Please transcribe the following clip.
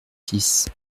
six